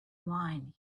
wine